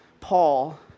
Paul